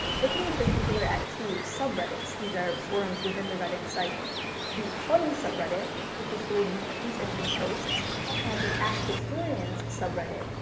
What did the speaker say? looking in particular at two subreddits these are forums within the reddit site the funny subreddit, which is full of memes and reposts, and the askhistorians subreddit,